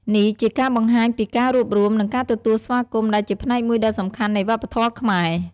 នេះជាការបង្ហាញពីការរួបរួម និងការទទួលស្វាគមន៍ ដែលជាផ្នែកមួយដ៏សំខាន់នៃវប្បធម៌ខ្មែរ។